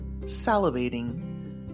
salivating